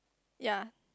ya